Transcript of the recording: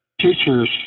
teachers